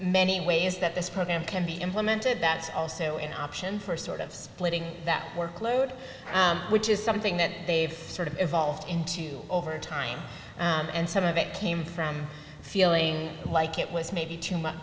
many ways that this program can be implemented that's also an option for sort of splitting that workload which is something that they've sort of evolved into over time and some of it came from feeling like it was maybe too much